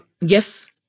yes